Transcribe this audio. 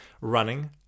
Running